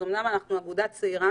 אומנם אנחנו אגודה צעירה,